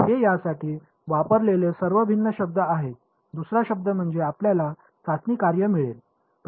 हे यासाठी वापरलेले सर्व भिन्न शब्द आहेत दुसरा शब्द म्हणजे आपल्याला चाचणी कार्य मिळेल